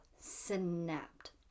snapped